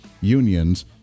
unions